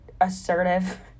assertive